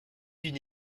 d’une